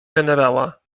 generała